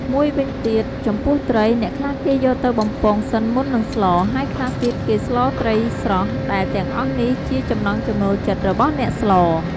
មួយវិញទៀត ចំពោះត្រី អ្នកខ្លះគេយកទៅបំពងសិនមុននឹងស្ល ហើយខ្លះទៀតគេស្លត្រីស្រស់ ដែលទាំងអស់នេះជាចំណង់ចំណូលចិត្តរបស់អ្នកស្ល។